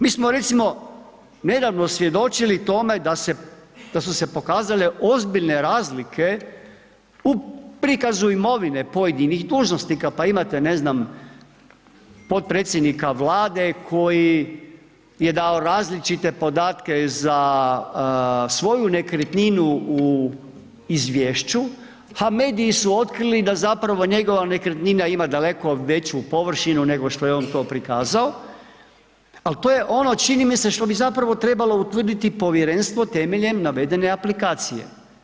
Mi smo recimo nedavno svjedočili tome da su se pokazale ozbiljne razlike u prikazu imovine pojedinih dužnosnika pa imate, ne znam, potpredsjednika Vlade koji je dao različite podatke za svoju nekretninu u izvješću a mediji su otkrili da zapravo njega nekretnina ima daleko veću površinu nego što je on to prikazao ali to je ono čini mi se što bi zapravo trebalo utvrditi povjerenstvo temeljem navedene aplikacije.